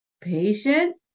patient